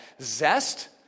zest